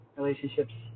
relationships